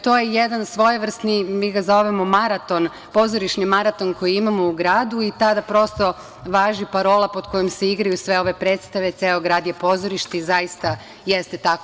To je jedan svojevrsni mi ga zovemo maraton, pozorišni maraton koji imamo u gradu, i tada prosto važi parola pod kojom se igraju sve ove predstave, ceo grad je pozorište i zaista jeste tako.